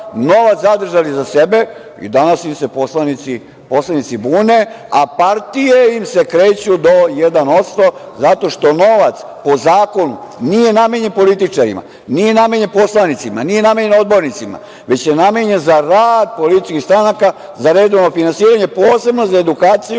novac zadržali za sebe i danas im se poslanici bune, a partije im se kreću do 1% zato što novac po zakonu nije namenjen političarima, nije namenjen poslanicima, nije namenjen odbornicima, već je namenjen za rad političkih stranaka, za redovno finansiranje, posebno za edukaciju